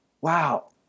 wow